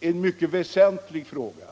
en mycket väsentlig fråga.